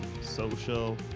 Social